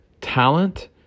talent